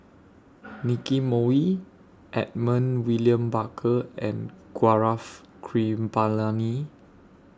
Nicky Moey Edmund William Barker and Gaurav Kripalani